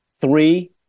three